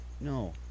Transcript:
No